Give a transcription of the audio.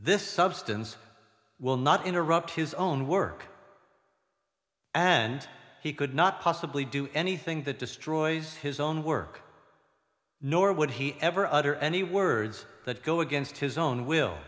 this substance will not interrupt his own work and he could not possibly do anything that destroys his own work nor would he ever utter any words that go against his own will